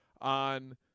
on